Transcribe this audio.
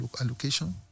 allocation